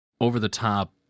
over-the-top